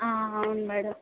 ఆ అవును మేడం